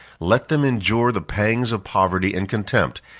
let them endure the pangs of poverty and contempt,